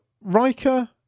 Riker